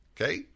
okay